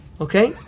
okay